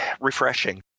refreshing